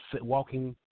walking